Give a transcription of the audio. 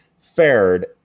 fared